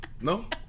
No